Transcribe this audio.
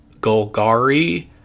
golgari